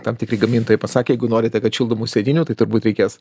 tam tikri gamintojai pasakė jeigu norite kad šildomų sėdynių tai turbūt reikės